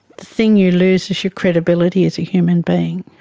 thing you lose is your credibility as a human being,